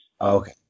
Okay